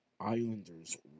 Islanders